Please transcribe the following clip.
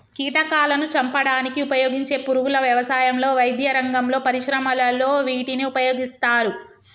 కీటకాలాను చంపడానికి ఉపయోగించే పురుగుల వ్యవసాయంలో, వైద్యరంగంలో, పరిశ్రమలలో వీటిని ఉపయోగిస్తారు